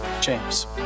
James